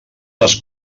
les